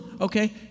okay